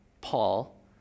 Paul